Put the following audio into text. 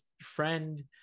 friend